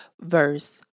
verse